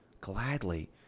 gladly